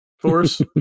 Force